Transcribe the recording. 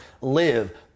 live